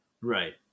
Right